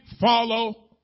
follow